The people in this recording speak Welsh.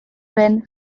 wyn